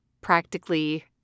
practically